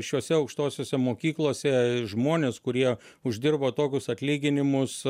šiose aukštosiose mokyklose žmonės kurie uždirba tokius atlyginimus